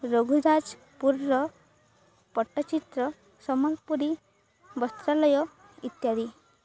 ରଘୁରାଜପୁରର ପଟ୍ଟଚ୍ଚିତ୍ର ସମଲ୍ପୁରୀ ବସ୍ତ୍ରାଲୟ ଇତ୍ୟାଦି